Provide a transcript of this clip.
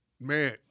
man